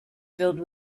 filled